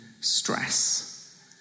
stress